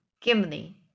Gimli